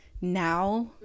now